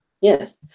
Yes